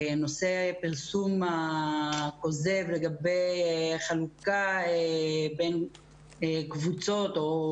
נושא פרסום הכוזב לגבי החלוקה בין קבוצות או